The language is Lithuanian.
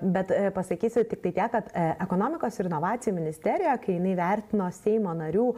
bet pasakysiu tiktai tiek kad ekonomikos ir inovacijų ministerija kai jinai vertino seimo narių